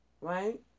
right